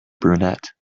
brunette